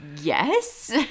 yes